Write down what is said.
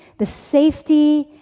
the safety,